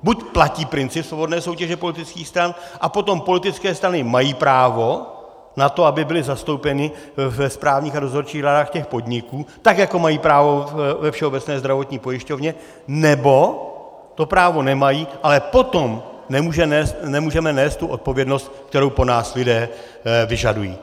Buď platí princip svobodné soutěže politických stran, a potom politické strany mají právo na to, aby byly zastoupeny ve správních a dozorčích radách těch podniků, tak jako mají právo ve Všeobecné zdravotní pojišťovně, nebo to právo nemají, ale potom nemůžeme nést tu odpovědnost, kterou po nás lidé vyžadují.